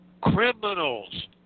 Criminals